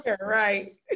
right